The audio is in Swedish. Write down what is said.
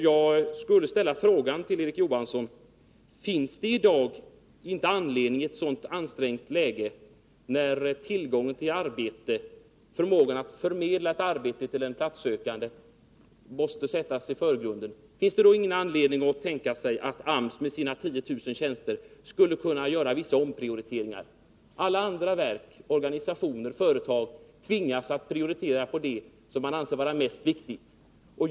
Jag vill ställa frågan till Erik Johansson: I ett sådant ansträngt läge som vi har i dag, där förmågan att förmedla ett arbete till en platssökande måste sättas i förgrunden, finns det då inte anledning att tänka sig att AMS med sina 10 000 tjänster skulle kunna göra vissa omprioriteringar? Alla andra verk, organisationer och företag tvingas att prioritera det man anser vara mest viktigt.